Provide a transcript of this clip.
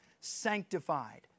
sanctified